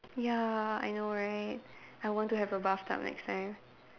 ya I know right I want to have a bathtub next time